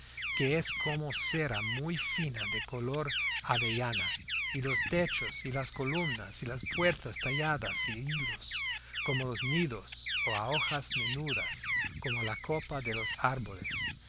que es como cera muy fina de color de avellana y los techos y las columnas y las puertas talladas a hilos como los nidos o a hojas menudas como la copa de los árboles